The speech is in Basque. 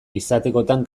izatekotan